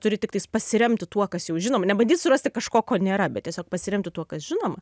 turi tiktais pasiremti tuo kas jau žinoma nebandyt surasti kažko ko nėra bet tiesiog pasiremti tuo kas žinoma